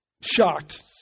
shocked